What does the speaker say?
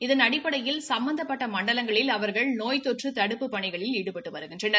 இதன் அடிப்படையில் சும்பந்தப்பட்ட மண்டலங்களில் அவர்கள் நோய் தொற்று தடுப்புப் பணிகளில் ஈடுபட்டு வருகின்றனர்